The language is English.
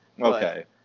Okay